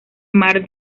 mar